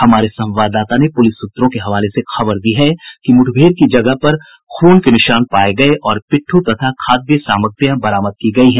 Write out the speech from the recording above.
हमारे संवाददाता ने पुलिस सूत्रों के हवाले से खबर दी है कि मुठभेड़ की जगह पर खून के निशान पाये गये और पिट्ठू तथा खाद्य सामग्रियां बरामद की गयी हैं